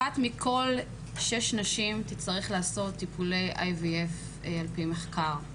אחת מכל שש נשים תצטרך לעשות טיפולי IVF על פי מחקר.